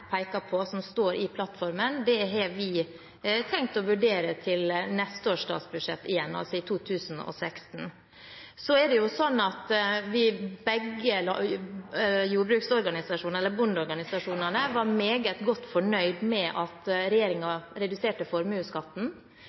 på som står i plattformen, har vi tenkt å vurdere igjen til neste års statsbudsjett, altså for 2016. Så er det slik at begge bondeorganisasjonene var meget godt fornøyd med at regjeringen reduserte formuesskatten,